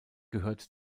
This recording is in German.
gehört